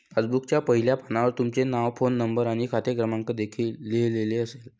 पासबुकच्या पहिल्या पानावर तुमचे नाव, फोन नंबर आणि खाते क्रमांक देखील लिहिलेला असेल